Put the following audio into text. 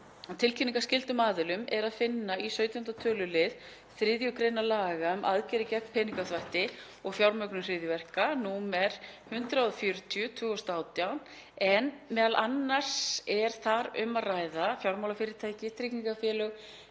tilkynningarskyldum aðilum er að finna í 17. tölulið 3. gr. laga um aðgerðir gegn peningaþvætti og fjármögnun hryðjuverka, nr. 140/2018, en m.a. er þar um að ræða fjármálafyrirtæki, tryggingafélög,